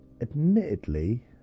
Admittedly